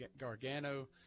Gargano